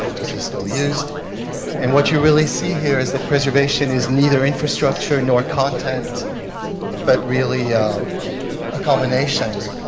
which is still used and what you really see here is that preservation is neither info structure nor content but really a combination